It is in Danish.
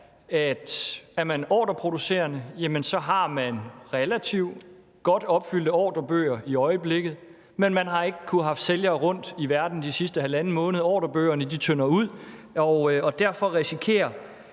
at hvis man er ordreproducerende, har man relativt godt opfyldte ordrebøger i øjeblikket, men man har ikke kunnet have sælgere rundt i verden de sidste halvanden måned. Ordrebøgerne tynder ud, og derfor risikerer